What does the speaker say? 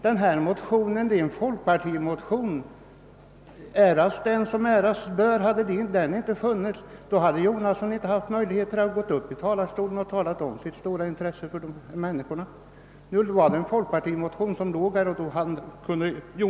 Men, herr Jonasson, det här är fråga om en folkpartimotion — äras den som äras bör — och om inte den motionen funnits hade inte herr Jonasson haft möjlighet att gå upp i talarstolen och visa sitt intresse för dessa människor.